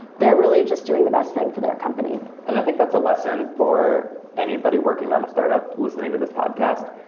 they're really just doing the best thing for their company and i think that's a lesson for anybody working on a startup listening to this podcast,